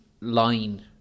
line